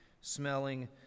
smelling